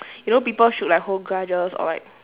you know people should like hold grudges or like